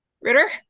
Ritter